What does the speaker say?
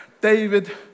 David